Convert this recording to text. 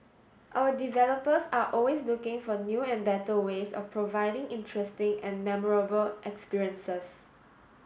our developers are always looking for new and better ways of providing interesting and memorable experiences